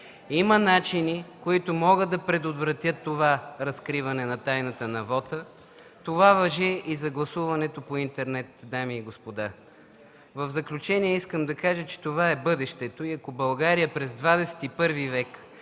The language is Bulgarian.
Има начини, които могат да предотвратят разкриването на тайната на вота. Това важи и за гласуването по интернет, дами и господа. В заключение искам да кажа, че това е бъдещето и ако България през ХХІ век